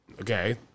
Okay